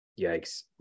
Yikes